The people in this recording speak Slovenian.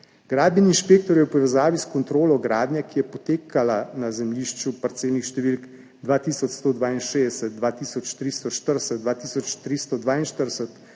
Gradbeni inšpektor je v povezavi s kontrolo gradnje, ki je potekala na zemljišču parcelnih številk 2162, 2340, 2342